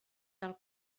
del